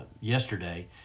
yesterday